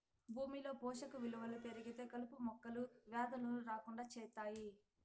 భూమిలో పోషక విలువలు పెరిగితే కలుపు మొక్కలు, వ్యాధులను రాకుండా చేత్తాయి